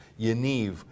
Yaniv